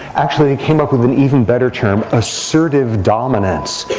actually, they came up with an even better term assertive dominance.